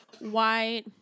white